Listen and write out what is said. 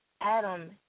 Adam